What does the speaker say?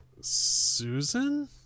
Susan